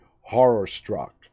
horror-struck